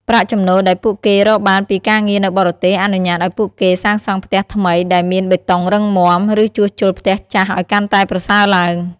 ប្រាក់ចំណូលដែលពួកគេរកបានពីការងារនៅបរទេស អនុញ្ញាតឱ្យពួកគេសាងសង់ផ្ទះថ្មីដែលមានបេតុងរឹងមាំ ឬជួសជុលផ្ទះចាស់ឱ្យកាន់តែប្រសើរឡើង។